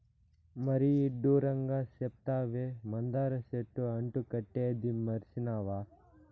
మరీ ఇడ్డూరంగా సెప్తావే, మందార చెట్టు అంటు కట్టేదీ మర్సినావా